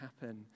happen